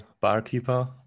barkeeper